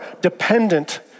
dependent